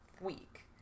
week